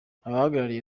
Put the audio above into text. abahagarariye